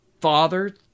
father